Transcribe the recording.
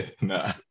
No